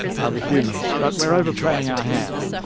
are the humans, but we're overplaying our hand,